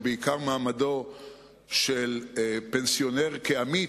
ובעיקר מעמדו של פנסיונר כעמית,